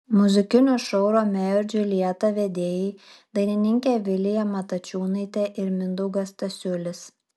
muzikinio šou romeo ir džiuljeta vedėjai dainininkė vilija matačiūnaitė ir mindaugas stasiulis